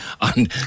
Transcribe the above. On